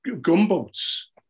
gunboats